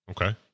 Okay